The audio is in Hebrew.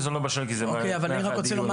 זה לא בשל כי זה --- אבל אני רוצה להתייחס.